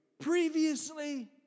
Previously